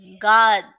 God